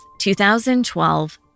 2012